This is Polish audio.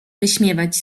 wyśmiewać